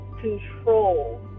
control